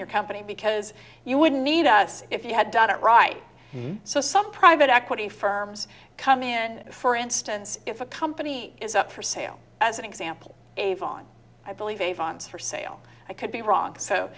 your company because you wouldn't need us if you had done it right so some private equity firms come in for instance if a company is up for sale as an example avon i believe avons for sale i could be wrong so